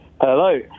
Hello